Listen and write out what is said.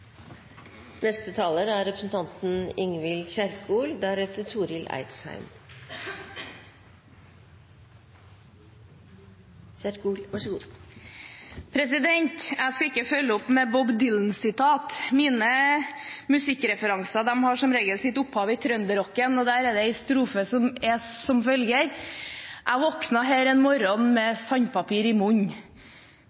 Jeg skal ikke følge opp med Bob Dylan-sitat – mine musikkreferanser har som regel sitt opphav i trønderrocken, og der er det en strofe som lyder som følger: «Æ våkna her i morges med